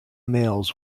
mails